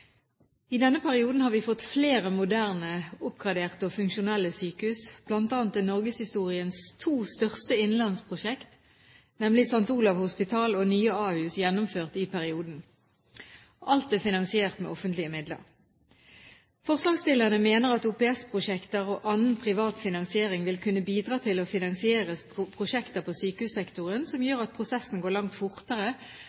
I denne perioden har vi fått flere moderne, oppgraderte og funksjonelle sykehuset. Blant annet er norgeshistoriens to største innenlandsprosjekter, nemlig St. Olavs hospital og Nye Ahus gjennomført i perioden. Alt er finansiert med offentlige midler. Forslagsstillerne mener at OPS-prosjekter og annen privat finansiering vil kunne bidra til å finansiere prosjekter på sykehussektoren som